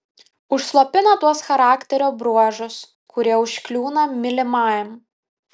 užslopina tuos charakterio bruožus kurie užkliūna mylimajam